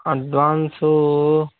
advance